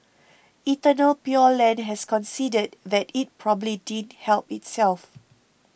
Eternal Pure Land has conceded that it probably didn't help itself